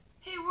Hey